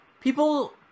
People